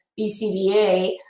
BCBA